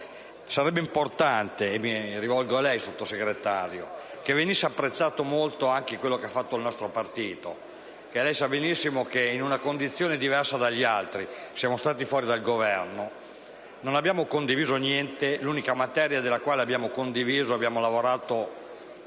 sarebbe importante - e mi rivolgo a lei, signor Sottosegretario - che venisse apprezzato anche quello che ha fatto il nostro partito, che - come lei sa benissimo - è in una condizione diversa dagli altri: siamo stati fuori dal Governo, non abbiamo condiviso niente; l'unica materia che abbiamo condiviso, e su cui abbiamo lavorato